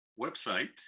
website